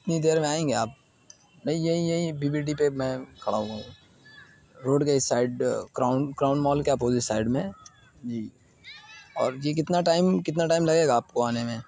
کتنی دیر میں آئیں گے آپ نہیں یہیں یہیں بی بی ڈی پہ میں کھڑا ہوا ہوں روڈ کے اس سائڈ کراؤن کراؤن مال کے اپوزٹ سائڈ میں جی اور یہ کتنا ٹائم کتنا ٹائم لگے گا آپ کو آنے میں